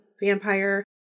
vampire